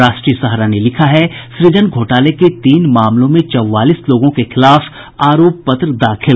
राष्ट्रीय सहारा ने लिखा है सृजन घोटाले के तीन मामलों में चौवालीस लोगों के खिलाफ आरोप पत्र दाखिल